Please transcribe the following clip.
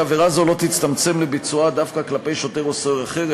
שעבירה זו לא תצטמצם לביצועה דווקא כלפי שוטר או סוהר אחר,